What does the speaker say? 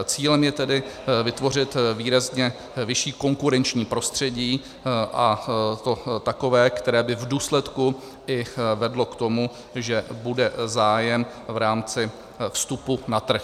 Cílem je tedy vytvořit výrazně vyšší konkurenční prostředí, a to takové, které by v důsledku i vedlo k tomu, že bude zájem v rámci vstupu na trh.